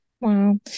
Wow